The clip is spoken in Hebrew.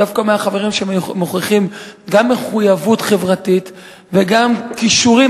דווקא מהחברים שמוכיחים גם מחויבות חברתית וגם כישורים